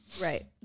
Right